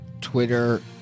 Twitter